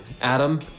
Adam